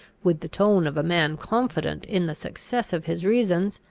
with the tone of a man confident in the success of his reasons